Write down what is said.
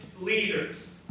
leaders